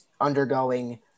undergoing